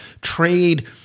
trade